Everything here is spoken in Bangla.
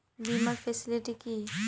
বীমার ফেসিলিটি কি?